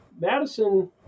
Madison